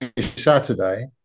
Saturday